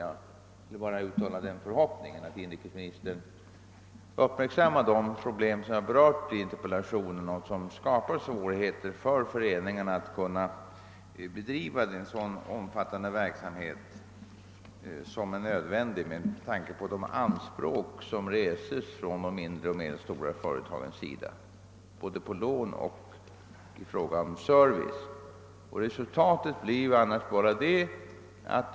Jag vill bara uttala den förhoppningen, att inrikesministern uppmärksammar de problem som jag berörde i interpellationen och som gör det svårt för föreningarna att bedriva en så omfattande verksamhet som är nödvändig med tanke på de anspråk som de mindre och medelstora företagen reser både på lån och på service.